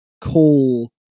call